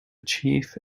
chief